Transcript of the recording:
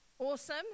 Awesome